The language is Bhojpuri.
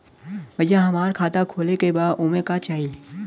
भईया हमार खाता खोले के बा ओमे का चाही?